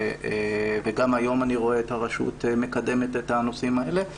גם היום אני רואה את הרשות מקדמת את הנושאים האלה.